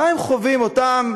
מה הם חווים, אותם